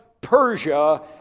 Persia